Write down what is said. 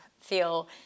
feel